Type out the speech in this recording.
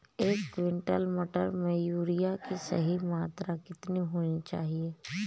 एक क्विंटल मटर में यूरिया की सही मात्रा कितनी होनी चाहिए?